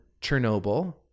chernobyl